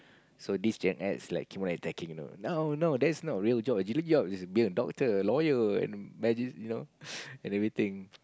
so this Gen-X like keep on attacking you know oh no that's not a real job a real job is being a doctor a lawyer and you know and everything